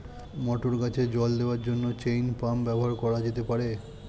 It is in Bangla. মটর গাছে জল দেওয়ার জন্য চেইন পাম্প ব্যবহার করা যেতে পার?